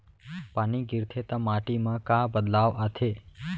पानी गिरथे ता माटी मा का बदलाव आथे?